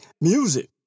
music